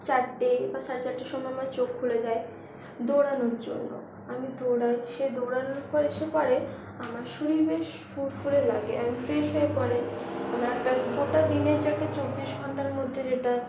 চারটে বা সাড়ে চারটের সময় আমার চোখ খুলে যায় দৌড়ানোর জন্য আমি দৌড়াই সেই দৌড়ানোর পরে সে পড়ে আমার শরীর বেশ ফুরফুরে লাগে ফ্রেস হয়ে পড়ে আমার গোটা দিনের চব্বিশ ঘণ্টার মধ্যে যেটা